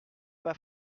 pas